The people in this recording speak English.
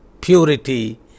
purity